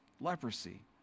leprosy